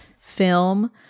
film